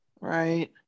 right